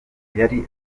yari